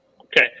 Okay